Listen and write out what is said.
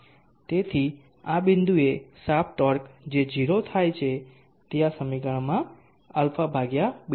તેથી આ બિંદુએ શાફ્ટ ટોર્ક જે 0 થાય છે તે આ સમીકરણમાં α β છે